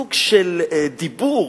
סוג של דיבור,